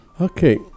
Okay